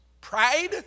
Pride